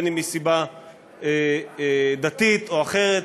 אם מסיבה דתית או אחרת,